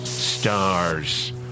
stars